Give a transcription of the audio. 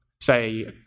say